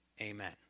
Amen